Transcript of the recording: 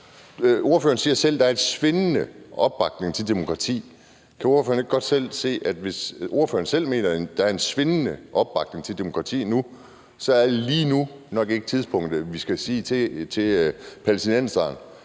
Ordføreren siger selv, at der er en svindende opbakning til demokrati. Kan ordføreren ikke godt selv se dilemmaet i det? Hvis ordføreren selv mener, at der er en svindende opbakning til demokrati nu, så er lige nu nok ikke tidspunktet, hvor vi skal sige til palæstinenserne: